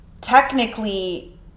technically